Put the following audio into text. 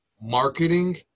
marketing